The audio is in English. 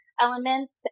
elements